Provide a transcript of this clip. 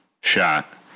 shot